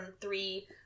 three